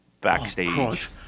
backstage